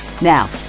Now